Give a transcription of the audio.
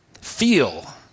Feel